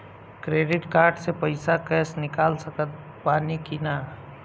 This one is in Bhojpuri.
क्रेडिट कार्ड से पईसा कैश निकाल सकत बानी की ना?